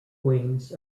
wings